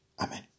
Amen